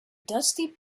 dusty